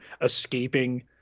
escaping